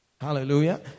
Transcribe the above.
Hallelujah